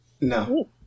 No